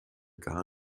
gar